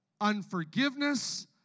unforgiveness